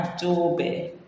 adobe